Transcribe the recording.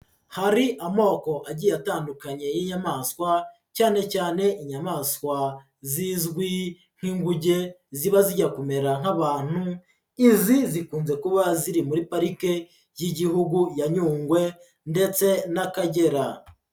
Hari amoko agiye atandukanye y'inyamaswa, cyane cyane inyamaswa zizwi nk'inguge, ziba zijya kumera nk'abantu, izi zikunze kuba ziri muri parike y'Igihugu ya Nyungwe ndetse n'Akagera.